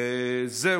זהו.